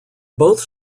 both